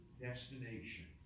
destination